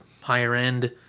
higher-end